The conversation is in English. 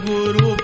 Guru